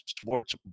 sports